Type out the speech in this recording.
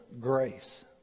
grace